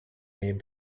name